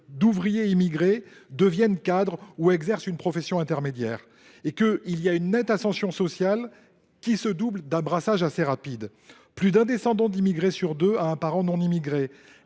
d’ouvriers immigrés deviennent cadres ou exercent une profession intermédiaire. On constate une nette ascension sociale qui se double d’un brassage assez rapide : plus d’un descendant d’immigrés sur deux a un parent non immigré